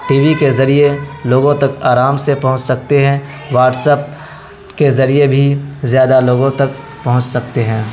T V کے ذریعے لوگوں تک آرام سے پہنچ سکتے ہیں واٹسپ کے ذریعے بھی زیادہ لوگوں تک پہنچ سکتے ہیں